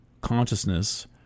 consciousness